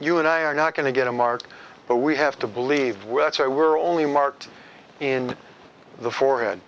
you and i are not going to get a mark but we have to believe well that's why we're only marked in the forehead